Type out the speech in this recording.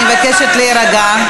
אני מבקשת להירגע.